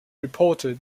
reported